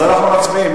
אנחנו מצביעים.